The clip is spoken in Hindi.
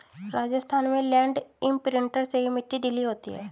राजस्थान में लैंड इंप्रिंटर से ही मिट्टी ढीली होती है